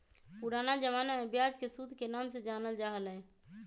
पुराना जमाना में ब्याज के सूद के नाम से जानल जा हलय